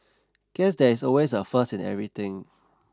guess there is always a first in everything